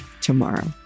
tomorrow